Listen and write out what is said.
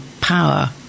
power